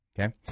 Okay